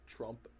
Trump